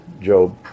Job